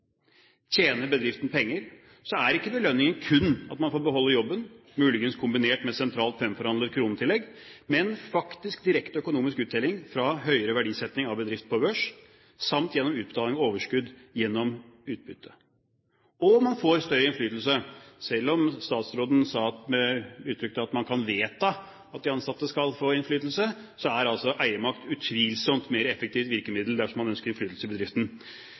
Tjener bedriften penger, så er ikke belønningen kun at man får beholde jobben, muligens kombinert med et sentralt fremforhandlet kronetillegg, men faktisk direkte økonomisk uttelling fra høyere verdisetting av bedriften på børs samt gjennom utbetaling av overskudd gjennom utbytte, og at man får større innflytelse. Selv om statsråden uttrykte at man kan vedta at de ansatte skal få innflytelse, er altså eiermakt utvilsomt et mye mer effektivt virkemiddel dersom man ønsker innflytelse i bedriften.